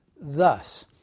Thus